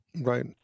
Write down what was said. Right